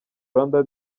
rwanda